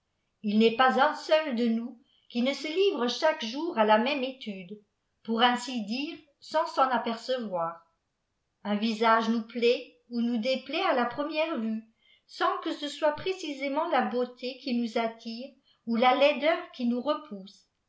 il nest pas un seul de nous qui ne se livre chaque jour à la même étude pour ainsi dire sans s'en apercevoir un visa nous plattou nous déplatt à la première vue sans que ce soit précisémeut la beauté qui nous attire ou la laideur qui nous repousse